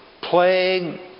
plague